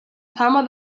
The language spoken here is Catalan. fama